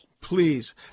Please